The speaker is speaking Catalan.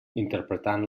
interpretant